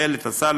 את השר,